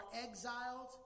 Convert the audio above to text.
exiled